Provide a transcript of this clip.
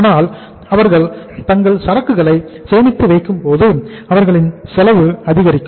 ஆனால் அவர்கள் தங்கள் சரக்குகளை சேமித்து வைக்கும்போது அவர்களின் சரக்கு செலவு அதிகரிக்கும்